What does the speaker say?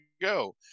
go